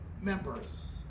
members